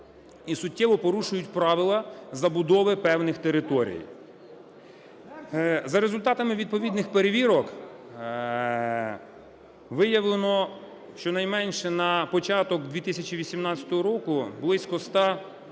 і суттєво порушують правила забудови певних територій. За результатами відповідних перевірок виявлено щонайменше на початок 2018 року близько ста